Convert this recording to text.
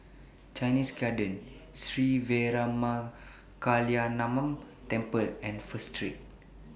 Chinese Garden Sri Veeramakaliamman Temple and First Street